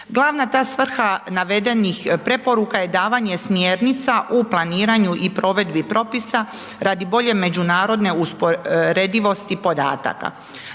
Glavna ta svrha navedenih preporuka je davanje smjernica u planiranju i provedbi propisa radi bolje međunarodne usporedivosti podataka.